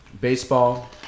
baseball